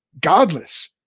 godless